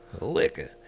Liquor